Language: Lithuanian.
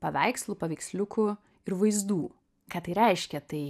paveikslų paveiksliukų ir vaizdų ką tai reiškia tai